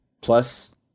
plus